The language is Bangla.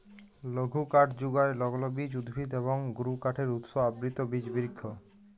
লঘুকাঠ যুগায় লগ্লবীজ উদ্ভিদ এবং গুরুকাঠের উৎস আবৃত বিচ বিরিক্ষ